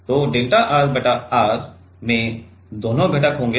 तो delta R बटा R में दोनों घटक होंगे